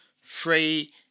free